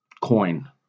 coin